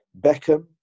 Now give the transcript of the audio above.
Beckham